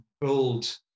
build